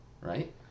right